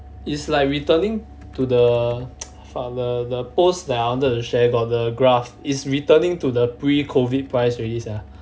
it's like returning to the fuck the post that I wanted to share about the graph is returning to the pre-COVID price already sia